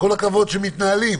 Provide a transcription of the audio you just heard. כל הכבוד שמתנהלים.